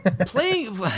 Playing